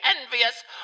envious